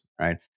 right